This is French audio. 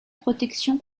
protection